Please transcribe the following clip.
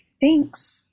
Thanks